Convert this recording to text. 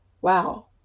Wow